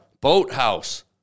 boathouse